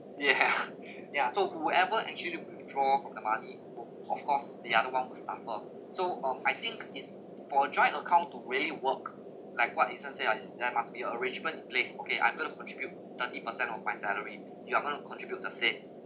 yeah ya so whoever actually withdraw all the money would of course the other one would suffer so um I think is for joint account to really work like what eason say is there must be arrangement in placed okay I'm going to contribute thirty percent of my salary you are going to contribute the same